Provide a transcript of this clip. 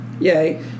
Yay